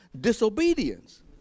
disobedience